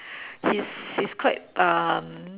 he's he's quite um